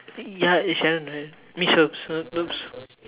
ya it's Sharon right I mean sh~ sh~ !oops!